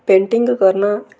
painting करना